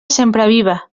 sempreviva